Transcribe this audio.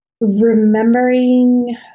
remembering